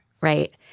right